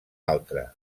altre